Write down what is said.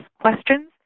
questions